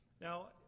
Now